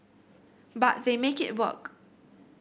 but they make it work